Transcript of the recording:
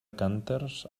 cànters